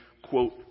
Quote